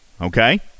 okay